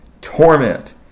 torment